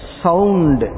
sound